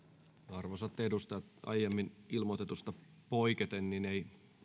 arvoisat edustajat aiemmin ilmoitetusta poiketen ei